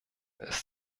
ist